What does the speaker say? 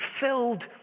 filled